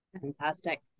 Fantastic